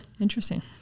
interesting